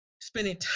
spending